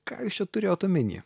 ką jūs čia turėjot omeny